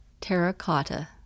Terracotta